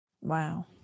Wow